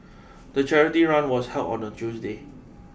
the charity run was held on a Tuesday